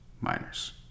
miners